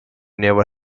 never